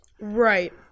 right